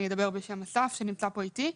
אני אדבר בשם אסף שנמצא פה איתי.